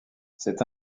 cet